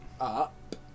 up